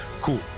cool